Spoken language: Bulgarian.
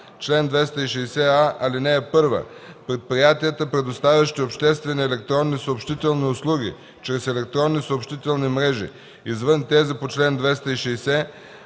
„Чл. 260а. (1) Предприятията, предоставящи обществени електронни съобщителни услуги чрез електронни съобщителни мрежи, извън тези по чл. 260,